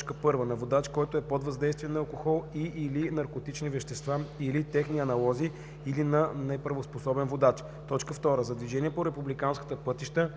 средство: 1. на водач, който е под въздействие на алкохол и/или наркотични вещества или техни аналози, или на неправоспособен водач; 2. за движение по републиканските пътища,